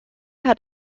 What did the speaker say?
hat